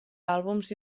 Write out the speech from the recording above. àlbums